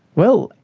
well,